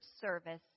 service